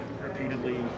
repeatedly